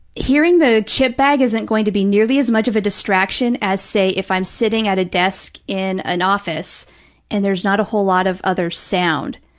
hearing the chip bag isn't going to be nearly as much of a distraction as, say, if i'm sitting at a desk in an office and there's not a whole lot of other sound,